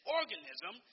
organism